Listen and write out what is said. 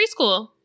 preschool